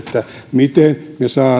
miten me saamme